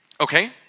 Okay